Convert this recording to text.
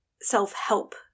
self-help